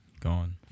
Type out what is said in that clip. gone